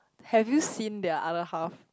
have you seen their other half